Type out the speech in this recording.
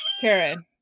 Karen